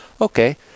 okay